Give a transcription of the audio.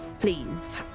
Please